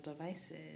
devices